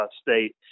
State